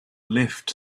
left